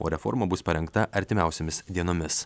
o reforma bus parengta artimiausiomis dienomis